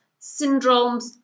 syndromes